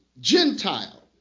gentile